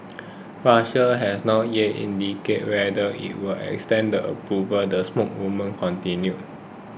Russia has not yet indicated whether it will extend the approvals the spokeswoman continued